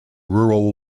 rural